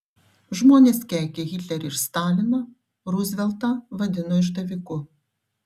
žmonės keikė hitlerį ir staliną ruzveltą vadino išdaviku